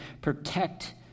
protect